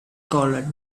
called